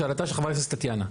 לשאלתה של חברת הכנסת טטיאנה.